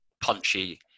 punchy